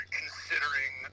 considering